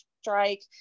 strike